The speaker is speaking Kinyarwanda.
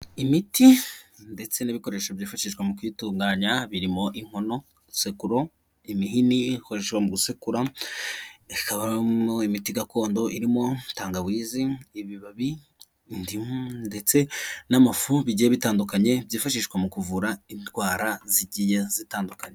Imiti ndetse n'ibikoresho byifashishwa mu kuyitunganya birimo inkono, isekuro, imihini ikoreshwa mu gusekura hakaba harimo imiti gakondo irimo tangawizi, ibibabi, indimu ndetse n'amafu bigiye bitandukanye byifashishwa mu kuvura indwara zigiye zitandukanye.